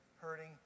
hurting